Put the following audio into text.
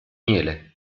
miele